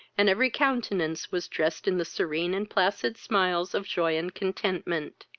and every countenance was drest in the serene and placid smiles of joy and contentment.